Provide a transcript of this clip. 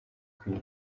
kwiba